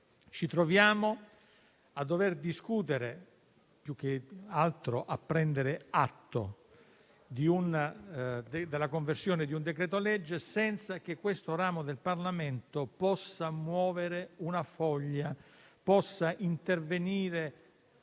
Ci troviamo a dover discutere - più che altro a prendere atto - della conversione di un decreto-legge senza che questo ramo del Parlamento possa muovere una foglia; possa intervenire